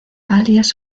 alias